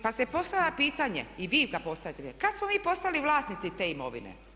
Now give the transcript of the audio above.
Pa se postavlja pitanje i vi ga postavljate, kada smo mi postali vlasnici te imovine?